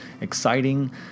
exciting